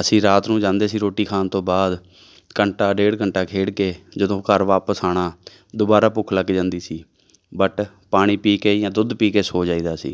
ਅਸੀਂ ਰਾਤ ਨੂੰ ਜਾਂਦੇ ਸੀ ਰੋਟੀ ਖਾਣ ਤੋਂ ਬਾਅਦ ਘੰਟਾ ਡੇਢ ਘੰਟਾ ਖੇਡ ਕੇ ਜਦੋਂ ਘਰ ਵਾਪਸ ਆਉਣਾ ਦੁਬਾਰਾ ਭੁੱਖ ਲੱਗ ਜਾਂਦੀ ਸੀ ਬਟ ਪਾਣੀ ਪੀ ਕੇ ਜਾਂ ਦੁੱਧ ਪੀ ਕੇ ਸੌਂ ਜਾਈਦਾ ਸੀ